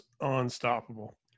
unstoppable